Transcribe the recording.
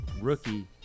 rookie